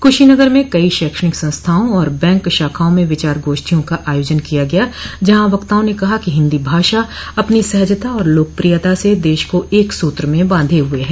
कुशीनगर में कई शैक्षणिक संस्थाओं और बैंक शाखाओं में विचार गोष्ठियों का आयोजन किया गया जहां वक्ताओं ने कहा कि हिन्दी भाषा अपनी सहजता और लोकप्रियता से देश को एक सूत्र म बांधे हुए है